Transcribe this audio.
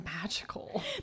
magical